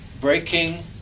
Breaking